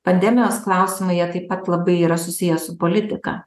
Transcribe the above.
pandemijos klausimai jie taip pat labai yra susiję su politika